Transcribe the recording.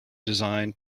design